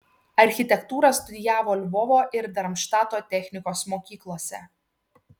architektūrą studijavo lvovo ir darmštato technikos mokyklose